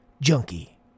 Junkie